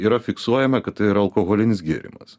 yra fiksuojama kad tai yra alkoholinis gėrimas